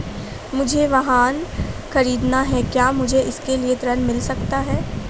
मुझे वाहन ख़रीदना है क्या मुझे इसके लिए ऋण मिल सकता है?